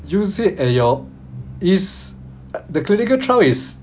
use it at your is the clinical trial is